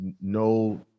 no